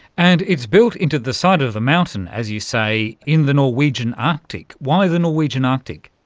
and it's built into the side of the mountain, as you say, in the norwegian arctic. why the norwegian arctic?